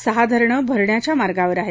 सहा धरणं भरण्याच्याया मार्गावर आहेत